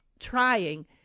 trying